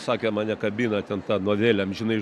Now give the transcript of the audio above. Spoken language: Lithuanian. sakė mane kabina ten ta novelė amžinai